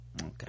Okay